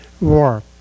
war